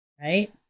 right